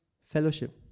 fellowship